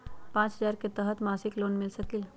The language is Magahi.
पाँच हजार के तहत मासिक लोन मिल सकील?